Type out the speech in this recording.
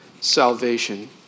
salvation